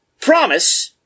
promise